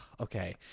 Okay